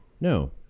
no